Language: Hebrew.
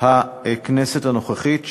הכנסת הנוכחית,